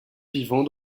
vivant